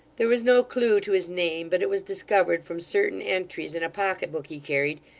there was no clue to his name but it was discovered from certain entries in a pocket-book he carried,